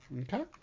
Okay